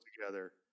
together